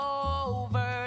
over